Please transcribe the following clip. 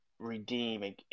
redeem